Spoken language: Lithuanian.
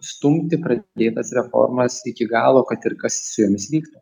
stumti pradėtas reformas iki galo kad ir kas su jomis vyktų